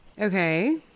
Okay